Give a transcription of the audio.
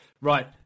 Right